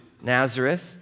Nazareth